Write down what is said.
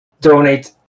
donate